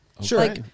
Sure